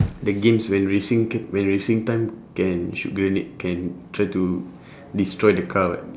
the games when racing ca~ when racing time can shoot grenade can try to destroy the car [what]